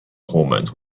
hormones